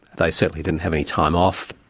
they certainly didn't have any time off,